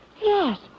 Yes